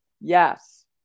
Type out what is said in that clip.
yes